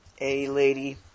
A-Lady